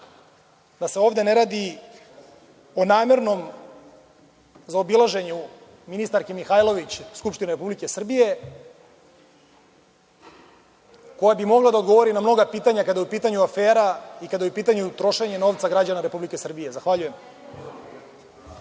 da se ovde ne radi o namernom zaobilaženju ministarke Mihajlović Skupštine Republike Srbije, koja bi mogla da odgovori na mnoga pitanja kada je u pitanju afera i kada je u pitanju trošenje novca građana Republike Srbije. Zahvaljujem.